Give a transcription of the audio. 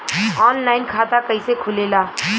Online खाता कइसे खुलेला?